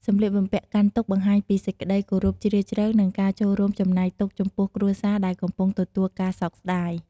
សម្លៀកបំពាក់កាន់ទុក្ខបង្ហាញពីសេចក្ដីគោរពជ្រាលជ្រៅ និងការចូលរួមរំលែកទុក្ខចំពោះគ្រួសារដែលកំពុងទទួលការសោកស្តាយ។